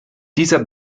dieser